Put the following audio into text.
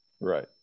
right